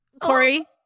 Corey